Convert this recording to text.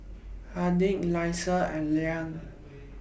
Harding Elyssa and Liane